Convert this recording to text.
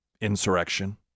Insurrection